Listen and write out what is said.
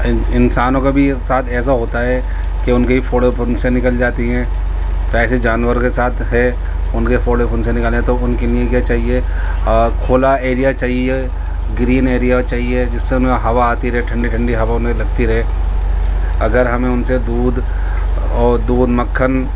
ان انسانوں کا بھی ساتھ ایسا ہوتا ہے کہ ان کے بھی پھوڑے و پھنسیاں نکل جاتی ہیں تو ایسے جانوروں کے ساتھ ہے ان کے پھوڑے پھنسیاں نکل آئیں تو ان کے لیے کیا چاہیے کھولا ایریا چاہیے گرین ایریا چاہیے جس سے ان ہوا آتی رہے ٹھنڈی ٹھنڈی ہوا انہیں لگتی رہے اگر ہمیں ان سے دودھ اور دودھ مکھن